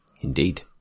Indeed